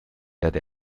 erde